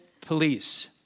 police